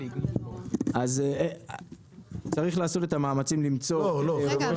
אז צריך לעשות את המאמצים למצוא רוכש